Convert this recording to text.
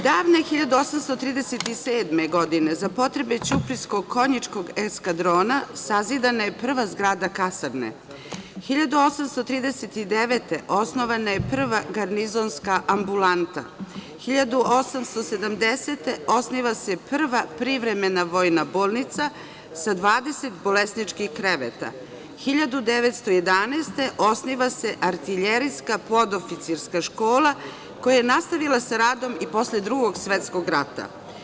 Davne 1837. godine, za potrebe ćuprijskog konjičkog eskadrona sazidana je prva zgrada kasarne, 1839. godine osnovana je prva garnizonska ambulanta, 1870. godine osniva se prva privremena vojna bolnica sa 20 bolesničkih kreveta, 1911. godine osniva se artiljerijska podoficirska škola koja je nastavila sa radom i posle Drugog svetskog rata.